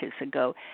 ago